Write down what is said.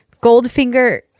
Goldfinger